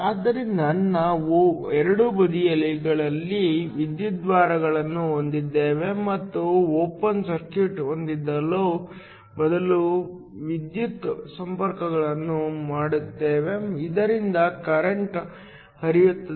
ಆದ್ದರಿಂದ ನಾವು ಎರಡೂ ಬದಿಗಳಲ್ಲಿ ವಿದ್ಯುದ್ವಾರಗಳನ್ನು ಹೊಂದಿದ್ದೇವೆ ಮತ್ತು ಓಪನ್ ಸರ್ಕ್ಯೂಟ್ ಹೊಂದುವ ಬದಲು ವಿದ್ಯುತ್ ಸಂಪರ್ಕಗಳನ್ನು ಮಾಡುತ್ತೇವೆ ಇದರಿಂದ ಕರೆಂಟ್ ಹರಿಯುತ್ತದೆ